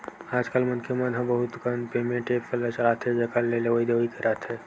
आजकल मनखे मन ह बहुत कन पेमेंट ऐप्स ल चलाथे जेखर ले लेवइ देवइ करत हे